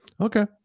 Okay